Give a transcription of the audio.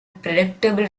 predictable